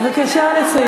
בבקשה לסיים.